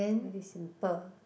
very simple